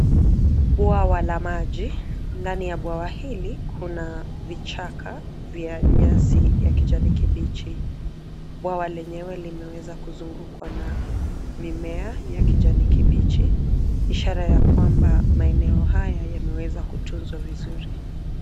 Bwawa la maji. Ndani ya bwawa hili kuna vichaka vya nyasi ya kijani kibichi. Bwawa lenyewe limeweza kuzungukwa na mimea ya kijani kibichi ishara ya kwamba maeneo haya yameweza kutunzwa vizuri.